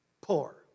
poor